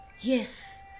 yes